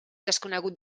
desconegut